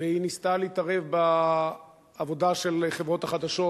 והיא ניסתה להתערב בעבודה של חברות החדשות,